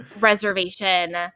Reservation